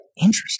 Interesting